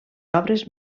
obres